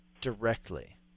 Directly